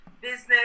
Business